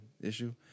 issue